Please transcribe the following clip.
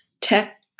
tech